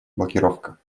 блокировка